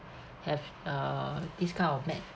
have uh this kind of map